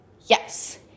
Yes